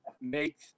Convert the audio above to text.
make